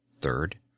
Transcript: Third